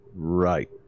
Right